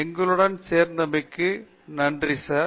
எங்களுடன் சேருவதற்கு நன்றி சார்